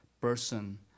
person